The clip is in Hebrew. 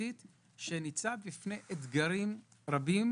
התעסוקתית שניצב בפני אתגרים רבים,